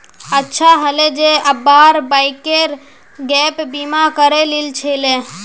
अच्छा हले जे अब्बार बाइकेर गैप बीमा करे लिल छिले